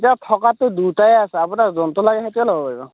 ইয়াত থকাতটো দুইটাই আছে আপোনাৰ যোনটো লাগে সেইটোয়ে ল'ব পাৰিব